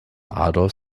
adolf